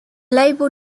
label